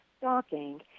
stalking